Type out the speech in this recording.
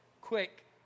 quick